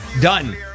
Done